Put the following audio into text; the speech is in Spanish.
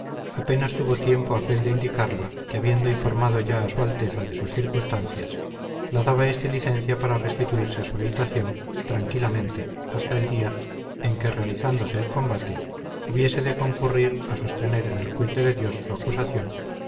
apenas tuvo tiempo aquél de indicarla que habiendo informado ya a su alteza de sus circunstancias la daba éste licencia para restituirse a su habitación tranquilamente hasta el día en que realizándose el combate hubiese de concurrir a sostener en el juicio de dios su acusación